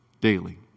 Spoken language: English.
daily